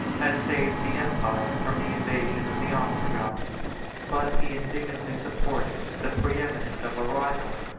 had saved the empire from the invasion of the ostrogoths but he indignantly supported the preeminence of a rival,